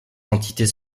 entités